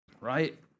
Right